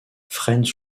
fresnes